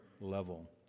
level